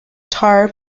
tar